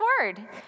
word